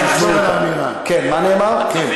אתה יודע מה קורה בבית עכשיו?